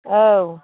औ